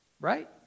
Right